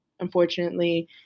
unfortunately